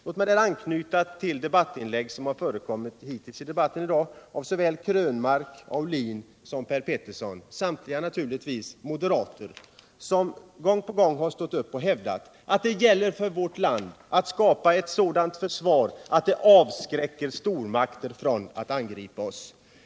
Låt mig här anknyta till de inlägg som i den här debatten har gjorts av herrar Krönmark, Aulin och Per Petersson, samtliga naturligtvis moderater. De har gång på gång stått upp och hävdat att det gäller för vårt land att skapa ett sådant försvar att det avskräcker stormakter från att angripa oss.